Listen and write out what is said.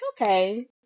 okay